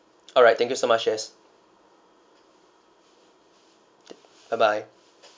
alright thank you so much jess bye bye